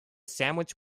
sandwich